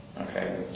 Okay